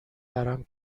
ورم